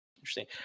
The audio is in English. interesting